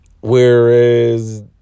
Whereas